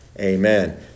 amen